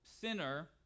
sinner